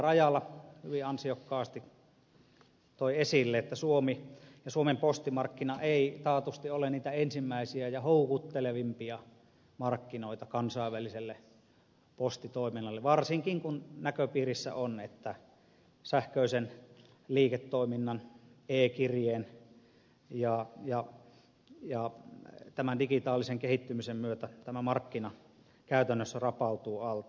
rajala hyvin ansiokkaasti toi esille että suomi ja suomen postimarkkina ei taatusti ole niitä ensimmäisiä ja houkuttelevimpia markkinoita kansainväliselle postitoiminnalle varsinkin kun näköpiirissä on että sähköisen liiketoiminnan e kirjeen ja tämän digitaalisen kehittymisen myötä tämä markkina käytännössä rapautuu alta